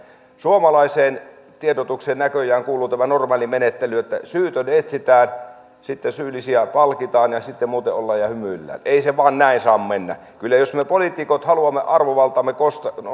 suomalaiseen tiedotukseen näköjään kuuluu tämä normaali menettely että syytön etsitään sitten syyllisiä palkitaan ja sitten muuten ollaan ja hymyillään ei se vain näin saa mennä jos me poliitikot haluamme arvovaltaamme